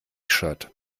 shirt